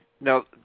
Now